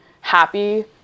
happy